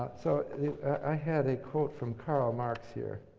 so i had a quote from karl marx here.